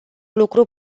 lucru